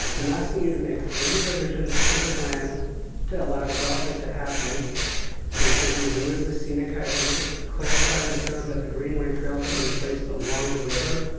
i'm asking you to make three revisions to the plan to allow development to happen which would be remove the scenic height limit, clarify in the code that the greenway trail can be placed along the river,